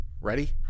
Ready